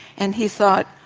and he thought,